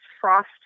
frost